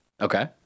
Okay